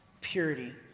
purity